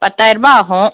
பத்தாயிர ரூபாய் ஆகும்